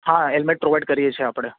હા helmet provide કરીએ છીએ આપણે